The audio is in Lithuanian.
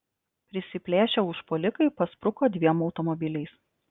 prisiplėšę užpuolikai paspruko dviem automobiliais